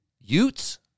Utes